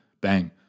bang